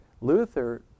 Luther